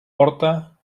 porta